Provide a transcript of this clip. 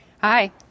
Hi